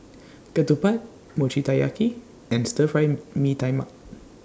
Ketupat Mochi Taiyaki and Stir Fry Mee Tai Mak